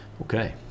Okay